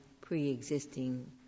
pre-existing